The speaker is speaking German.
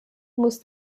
muss